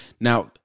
Now